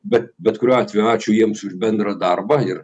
bet bet kuriuo atveju ačiū jiems už bendrą darbą ir